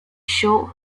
short